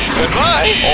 Goodbye